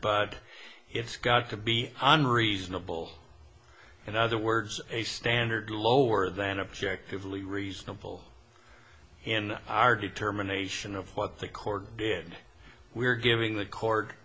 but it's got to be unreasonable in other words a standard lower than objective really reasonable in our determination of what the court did we are giving the court